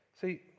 See